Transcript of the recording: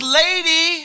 lady